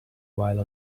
while